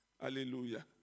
Hallelujah